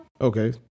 Okay